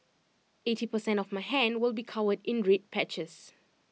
eighty per cent of my hand will be covered in red patches